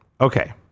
Okay